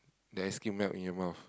the ice-cream melt in your mouth